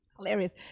hilarious